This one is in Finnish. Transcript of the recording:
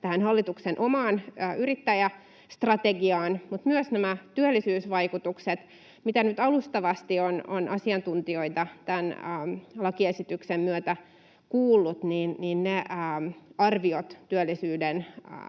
hallituksen omaan yrittäjästrategiaan, mutta myös nämä työllisyysvaikutukset. Mitä nyt alustavasti olen asiantuntijoita tämän lakiesityksen myötä kuullut, niin ne arviot työllisyyden